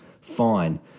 Fine